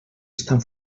estan